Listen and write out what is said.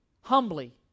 Humbly